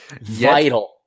vital